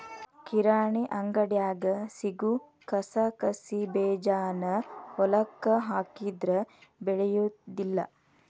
ಕಿರಾಣಿ ಅಂಗಡ್ಯಾಗ ಸಿಗು ಕಸಕಸಿಬೇಜಾನ ಹೊಲಕ್ಕ ಹಾಕಿದ್ರ ಬೆಳಿಯುದಿಲ್ಲಾ